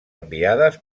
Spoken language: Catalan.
enviades